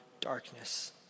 darkness